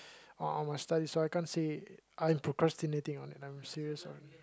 uh my studies so I can't say it I'm procrastinating on it I'm serious one